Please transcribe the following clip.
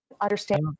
Understand